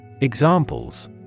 Examples